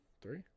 three